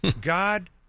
God